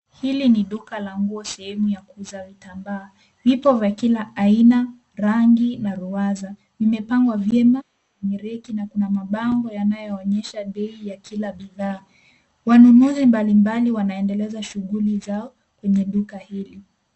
Hili ni duka la nguo sehemu za vitambaa, vipo vya kila aina, rangi, na ruwaza, imepangwa vyema, kwenye reki, na kuna mabango yanayoonyesha bei ya kila bidhaa. Waanunuzi mbalimbali wanaendeleza shughuli zao, kwenye duka hili.